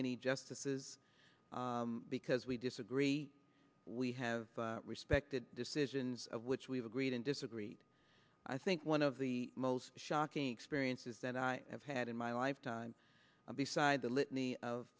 any justices because we disagree we have respected decisions of which we've agreed and disagreed i think one of the most shocking experiences that i have had in my lifetime and beside the